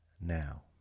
Now